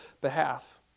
behalf